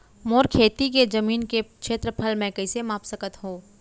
मोर खेती के जमीन के क्षेत्रफल मैं कइसे माप सकत हो?